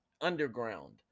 underground